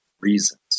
reasons